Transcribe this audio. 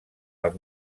els